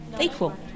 equal